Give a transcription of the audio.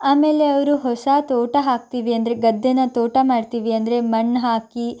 ಆಮೇಲೆ ಅವರು ಹೊಸ ತೋಟ ಹಾಕ್ತೀವಿ ಅಂದರೆ ಗದ್ದೇನ ತೋಟ ಮಾಡ್ತೀವಿ ಅಂದರೆ ಮಣ್ಣು ಹಾಕಿ